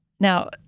Now